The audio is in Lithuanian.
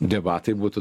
debatai būtų